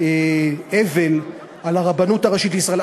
אבל על הרבנות הראשית לישראל.